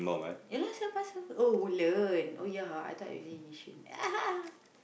ya lah seven five sev~ oh Woodlands oh ya [huh] I thought you live Yishun